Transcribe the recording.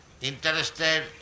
interested